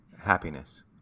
happiness